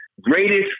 greatest